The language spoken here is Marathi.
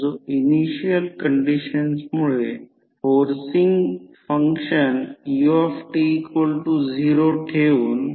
तर जर प्रायमरी साईडचे व्होल्ट अँपिअर पाहिले तर 240V 3 ampere current 720 volt ampere होईल